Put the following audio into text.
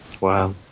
wow